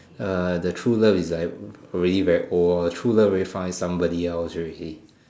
uh the true love is like already very old orh the true love already found somebody else already